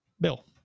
Bill